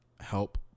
help